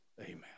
Amen